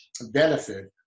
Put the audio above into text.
benefit